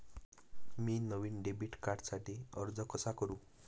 मी नवीन डेबिट कार्डसाठी अर्ज कसा करु?